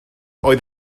oedd